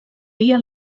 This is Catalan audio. dia